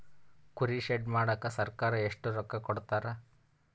ಕುರಿ ಶೆಡ್ ಮಾಡಕ ಸರ್ಕಾರ ಎಷ್ಟು ರೊಕ್ಕ ಕೊಡ್ತಾರ?